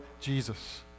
Jesus